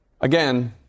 again